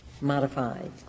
modified